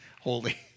holy